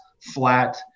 flat